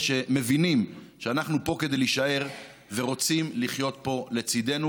שמבינים שאנחנו פה כדי להישאר ורוצים לחיות פה לצידנו,